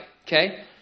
Okay